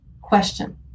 Question